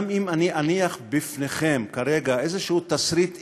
גם אם אני אניח בפניכם כרגע תסריט עוועים,